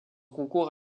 concours